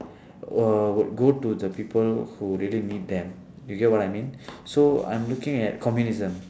uh would go to the people who really need them you get what I mean so I'm looking at communism